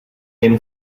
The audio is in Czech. jen